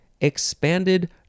expanded